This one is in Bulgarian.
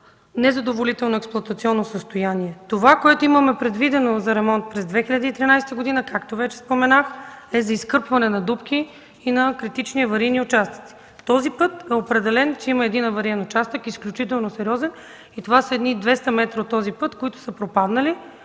незадоволително експлоатационно състояние. Това, което имаме предвидено за ремонт през 2013 г., както вече споменах, е за изкърпване на дупки и на критични аварийни участъци. В този път е определено, че има един авариен участък, изключително сериозен. Това са едни 200 метра от пътя, които са пропаднали